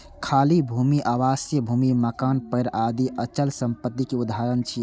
खाली भूमि, आवासीय भूमि, मकान, पेड़ आदि अचल संपत्तिक उदाहरण छियै